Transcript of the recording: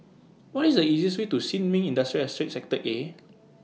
What IS The easiest Way to Sin Ming Industrial Estate Sector A